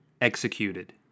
executed